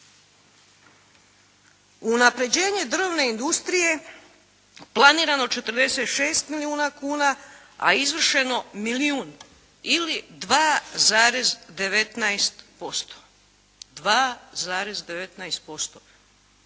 Unapređenje drvne industrije, planirano 46 milijuna kuna, a izvršeno milijun ili 2,19%. Da